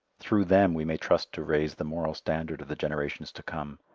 through them we may trust to raise the moral standard of the generations to come,